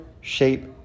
shape